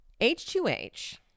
H2H